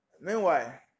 Meanwhile